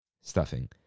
stuffing